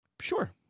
Sure